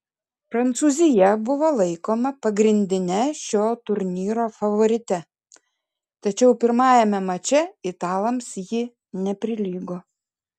prancūzija buvo laikoma pagrindine šio turnyro favorite tačiau pirmajame mače italams ji neprilygo